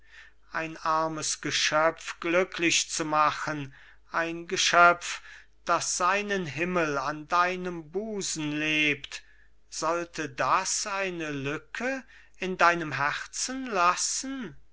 ein armes geschöpf glücklich zu machen ein geschöpf das seinen himmel an deinem busen lebt sollte das eine lücke in deinem herzen lassen